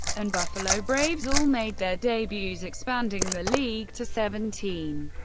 and buffalo braves all made their debuts expanding the league to seventeen.